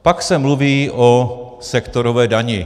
Pak se mluví o sektorové dani.